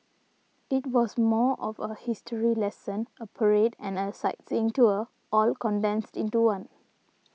it was more of a history lesson a parade and a sightseeing tour all condensed into one